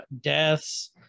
deaths